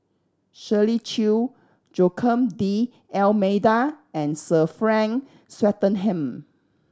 Shirley Chew Joaquim D'Almeida and Sir Frank Swettenham